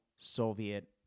Soviet